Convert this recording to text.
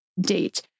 date